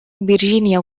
virgínia